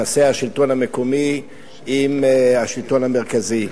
לפריצת דרך ביחסי השלטון המקומי והשלטון המרכזי.